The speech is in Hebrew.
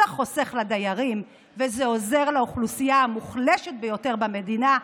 זה חוסך לדיירים וזה עוזר לאוכלוסייה המוחלשת ביותר במדינה,